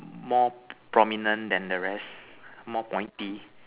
more prominent than the rest more pointy